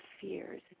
fears